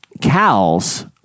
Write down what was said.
cows